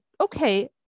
okay